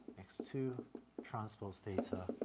x two transpose theta,